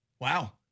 Wow